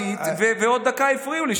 סליחה, שתי דקות דיברה עידית ועוד דקה הפריעו לי.